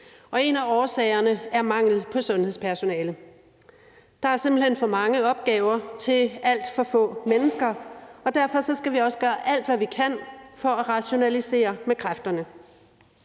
og en af årsagerne er mangel på sundhedspersonale. Der er simpelt hen for mange opgaver til alt for få mennesker, og derfor skal vi også gøre alt, hvad vi kan, for at rationalisere med kræfterne.